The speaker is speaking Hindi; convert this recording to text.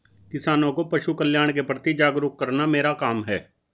किसानों को पशुकल्याण के प्रति जागरूक करना मेरा काम है